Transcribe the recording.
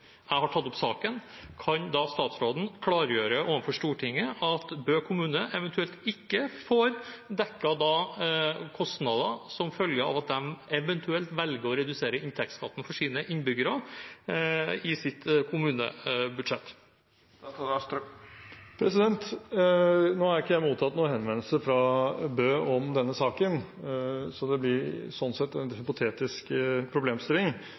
Jeg har tatt opp saken. Kan da statsråden klargjøre overfor Stortinget at Bø kommune eventuelt ikke får dekket kostnader som følge av at de eventuelt velger å redusere inntektsskatten for sine innbyggere i sitt kommunebudsjett? Nå har ikke jeg mottatt noen henvendelse fra Bø om denne saken, så det blir sånn sett en hypotetisk problemstilling,